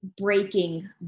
breaking